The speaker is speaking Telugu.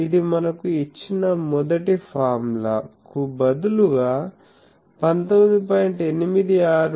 ఇది మనకు ఇచ్చిన మొదటి ఫార్ములా కు బదులుగా 19